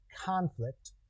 conflict